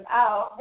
out